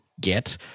get